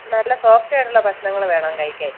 നല്ല സോഫ്റ്റ് അയിട്ടുള ഭക്ഷണങ്ങൾ വേണം കഴിക്കാൻ